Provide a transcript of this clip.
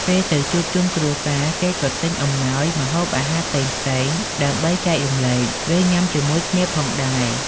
ពេលទៅជួបជុំគ្រួសារ គេក៏ទិញអំណោយ ម្ហូបអាហារផ្សេងៗដើម្បីចែករំលែក ឬ ញុាំជាមួយគ្នាផងដែរ។